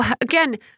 again